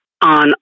on